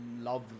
love